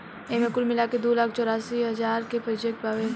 एईमे कुल मिलाके दू लाख चौरासी हज़ार के प्रोजेक्ट बावे